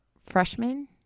freshman